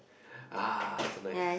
ah so nice